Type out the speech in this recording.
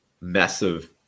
massive